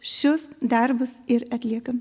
šiuos darbus ir atliekam